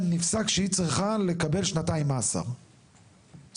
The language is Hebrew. נפסק שהיא צריכה לקבל כשנתיים מאסר בסדר?